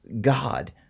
God